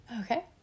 okay